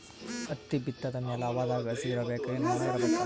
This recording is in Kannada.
ಹತ್ತಿ ಬಿತ್ತದ ಮ್ಯಾಲ ಹವಾದಾಗ ಹಸಿ ಇರಬೇಕಾ, ಏನ್ ಒಣಇರಬೇಕ?